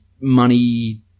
money